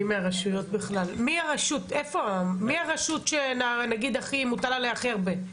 מי הרשות שמוטל עליה הכי הרבה?